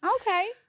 Okay